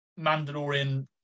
Mandalorian